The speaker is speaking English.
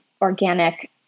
organic